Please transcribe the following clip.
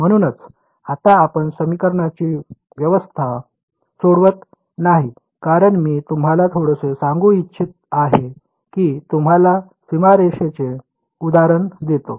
म्हणूनच आत्ता आपण समीकरणांची व्यवस्था सोडवत नाही कारण मी तुम्हाला थोडेसे सांगू इच्छित आहे की तुम्हाला सीमारेषाचे उदाहरण देतो